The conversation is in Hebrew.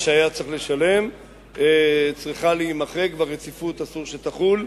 שהוא היה צריך צריכה להימחק ואסור שהרציפות תחול.